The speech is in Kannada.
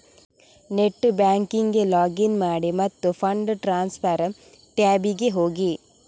ನೆಟ್ ಬ್ಯಾಂಕಿಂಗಿಗೆ ಲಾಗಿನ್ ಮಾಡಿ ಮತ್ತು ಫಂಡ್ ಟ್ರಾನ್ಸ್ಫರ್ ಟ್ಯಾಬಿಗೆ ಹೋಗಿ